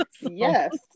Yes